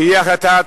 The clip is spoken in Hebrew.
שהוא החלטת